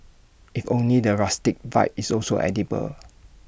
if only the rustic vibe is also edible